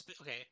Okay